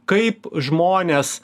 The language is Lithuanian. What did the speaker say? kaip žmonės